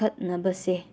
ꯈꯠꯅꯕꯁꯦ